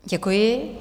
Děkuji.